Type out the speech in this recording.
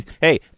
Hey